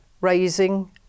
raising